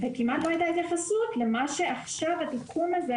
וכמעט לא הייתה התייחסות למה שעכשיו בתיקון הזה,